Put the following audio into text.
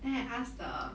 then I ask the